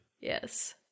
Yes